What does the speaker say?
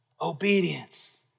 Obedience